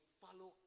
follow